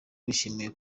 bishimiye